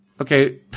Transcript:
Okay